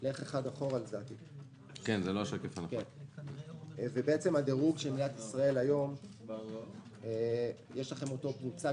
הדירוג של מדינת ישראל היום הוא מוצג